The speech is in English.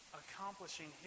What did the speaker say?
accomplishing